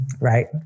right